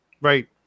Right